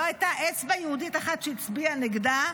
לא הייתה אצבע יהודית אחת שהצביעה נגדה,